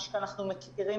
מה שאנחנו מכירים